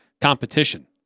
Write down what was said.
competition